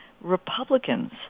Republicans